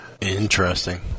Interesting